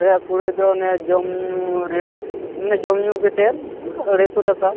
ᱟᱯᱮᱭᱟᱜ ᱠᱩᱲᱟᱹᱭ ᱫᱚ ᱚᱱᱮ ᱡᱚᱢ ᱧᱩ ᱨᱮᱴ ᱢᱟᱱᱮ ᱡᱚᱢ ᱧᱩ ᱠᱟᱛᱮᱫ ᱟᱹᱲᱟᱹᱭ ᱥᱚ ᱴᱟᱠᱟ